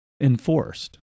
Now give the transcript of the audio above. enforced